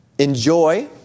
Enjoy